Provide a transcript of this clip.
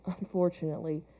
unfortunately